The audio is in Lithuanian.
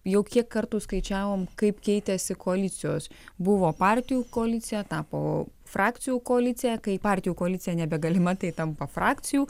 jau kiek kartų skaičiavom kaip keitėsi koalicijos buvo partijų koalicija tapo frakcijų koalicija kai partijų koalicija nebegalima tai tampa frakcijų